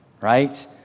right